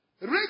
Rich